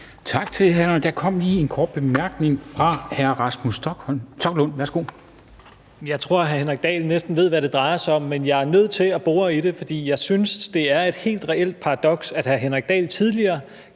fra hr. Rasmus Stoklund. Værsgo. Kl. 17:05 Rasmus Stoklund (S): Jeg tror, at hr. Henrik Dahl næsten ved, hvad det drejer sig om. Men jeg er nødt til at bore i det, for jeg synes, det er et helt reelt paradoks, at hr. Henrik Dahl tidligere